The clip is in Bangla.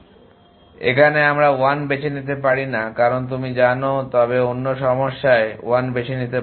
সুতরাং এখানে আমরা 1 বেছে নিতে পারি না কারণ তুমি জানো তবে অন্য সমস্যায় 1 বেছে নিতে পারো